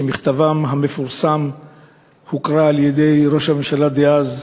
שמכתבן המפורסם הוקרא על-ידי ראש הממשלה דאז,